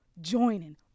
joining